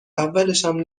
اولشم